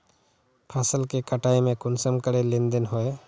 फसल के कटाई में कुंसम करे लेन देन होए?